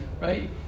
right